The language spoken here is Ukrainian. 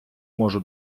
можу